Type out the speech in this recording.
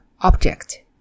object